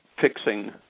fixing